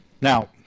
Now